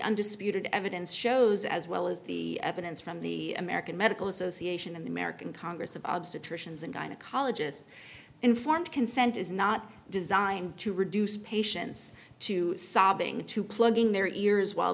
undisputed evidence shows as well as the evidence from the american medical association and the american congress of obstetricians and gynecologists informed consent is not designed to reduce patients to sobbing to plugging their ears while